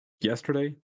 Yesterday